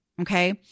Okay